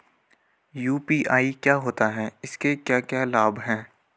UPI क्या होता है इसके क्या क्या लाभ हैं?